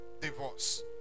divorce